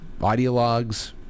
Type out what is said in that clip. ideologues